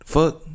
Fuck